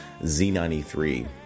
Z93